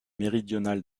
méridional